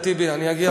אני אגיע לזה.